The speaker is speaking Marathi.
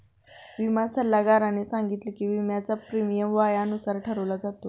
विमा सल्लागाराने सांगितले की, विम्याचा प्रीमियम वयानुसार ठरवला जातो